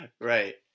Right